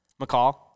McCall